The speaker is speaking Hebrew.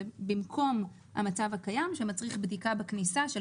זה במקום המצב הקיים שמצריך בדיקה בכניסה של